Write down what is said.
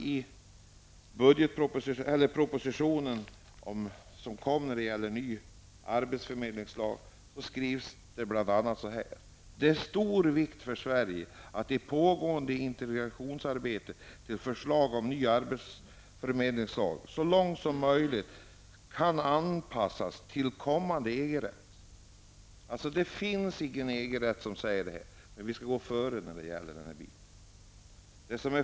I propositionen om ny arbetsförmedlingslag står bl.a. ''Det är av stor vikt för Sverige i det pågående integrationsarbetet, att förslaget om ny arbetsförmedlingslag så långt som möjligt kan anpassas till kommande EG-rätt.'' Det finns alltså inte ännu någon EG-rätt på detta område, men vi skall gå före.